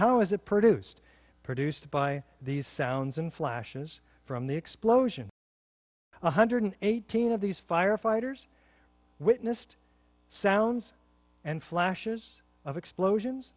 how is it produced produced by these sounds and flashes from the explosion one hundred eighteen of these firefighters witnessed sounds and flashes of explosions